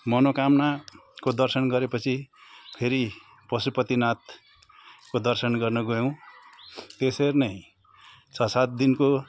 मनोकामनाको दर्शन गरे पछि फेरि पशुपतिनाथको दर्शन गर्न गयौँ त्यसरी नै छ सात दिनको